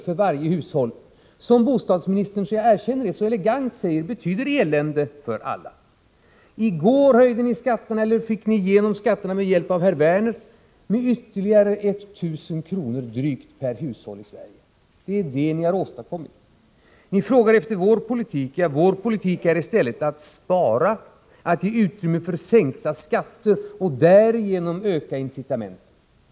för varje hushåll, vilken, som bostadsministern så elegant säger, betyder elände för alla. I går lade ni fram ett förslag om skattehöjningar som ni kommer att få igenom med hjälp av herr Werner och som betyder ökade kostnader på drygt 1 000 kr. för varje hushåll i Sverige. Det är det ni åstadkommit. Ni frågar efter vår politik. Ja, vår politik är i stället att spara, att ge utrymme för sänkning av skatterna och att därigenom öka incitamenten.